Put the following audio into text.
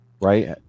right